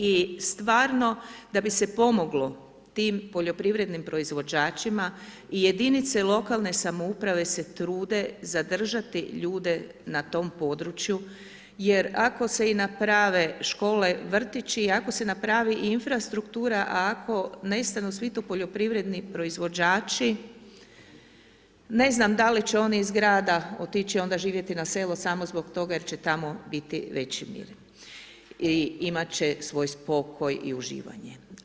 I stvarno da bi se pomoglo tim poljoprivrednim proizvođačima i jedinice lokalne samouprave se trude zadržati ljude na tom području jer ako se i naprave škole, vrtići i ako se napravi i infrastruktura a ako nestanu svi tu poljoprivredni proizvođači ne znam da li će oni iz grada otići onda živjeti na selo samo zbog toga jer će tamo biti veći mir i imati će svoj spokoj i uživanje.